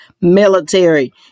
military